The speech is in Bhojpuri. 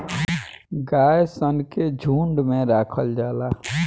गाय सन के झुंड में राखल जाला